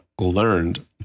learned